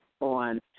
on